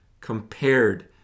compared